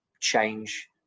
change